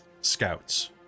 scouts